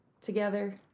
together